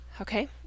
Okay